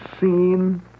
seen